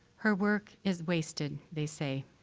her work is wasted, they say,